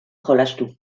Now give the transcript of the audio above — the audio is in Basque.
jolastu